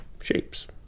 shapes